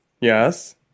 yes